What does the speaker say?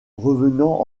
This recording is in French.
revenant